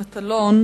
הצעות שמספרן 1446,